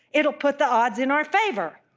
it'll put the odds in our favor